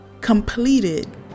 completed